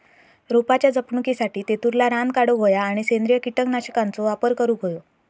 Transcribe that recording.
रोपाच्या जपणुकीसाठी तेतुरला रान काढूक होया आणि सेंद्रिय कीटकनाशकांचो वापर करुक होयो